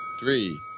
Three